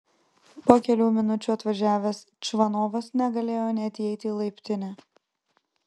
po kelių minučių atvažiavęs čvanovas negalėjo net įeiti į laiptinę